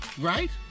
Right